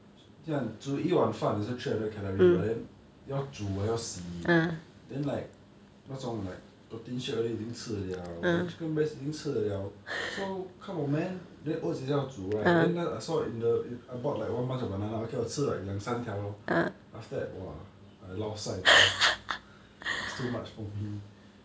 煮一碗饭 also three hundred calorie but then 要煮要洗 then like 那种 like protein shake already 已经吃了我 chicken breast 已经吃了 so come on man then oats 也是要煮 right then I saw in the I bought one bunch of banana okay then 我吃 like 两三条 lor after that !wah! I lao sai man is too much for me